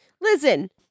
Listen